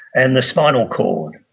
and the spinal cord,